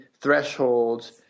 thresholds